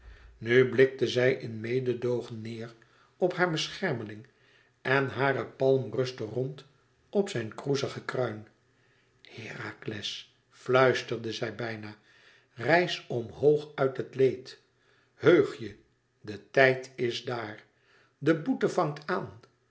nu blikte zij in mededoogen neêr op haar beschermeling en hare palm rustte rond op zijn kroezigen kruin herakles fluisterde zij bijna rijs omhoog uit het leed heùg je de tijd is daar de boete vangt aan